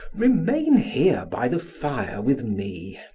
remain here by the fire with me.